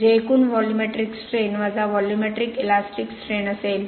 जे एकूण volumetric strain वजा व्हॉल्यूमेट्रिक इलॅस्टिक स्ट्रेन असेल